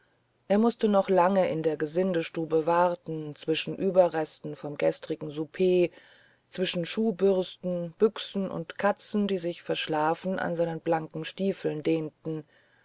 er mußte noch lange in der gesindestube warten zwischen überresten vom gestrigen souper zwischen schuhbürsten büchsen und katzen die sich verschlafen an seinen blanken stiefeln dehnten